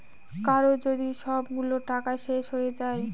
কারো যদি সবগুলো টাকা শেষ হয়ে যায়